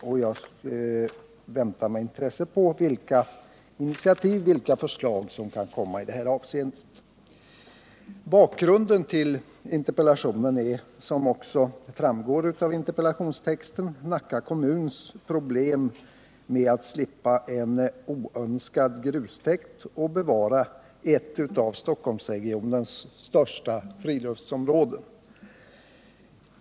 Jag avvaktar med intresse de initiativ och förslag som kan komma att framläggas i det avseendet. Bakgrunden till min interpellation är, som också framgår av interpellationstexten, Nacka kommuns problem när det gäller att slippa en oönskad grustäkt och bevara ett av Stockholmsregionens största friluftsområden.